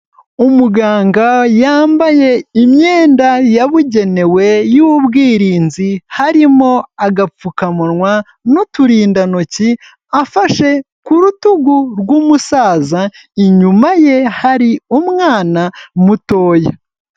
Umuganga yambaye imyenda yabugenewe y'ubwirinzi, harimo agapfukamunwa n'uturindantoki, afashe ku rutugu rw'umusaza, inyuma ye hari umwana mutoya.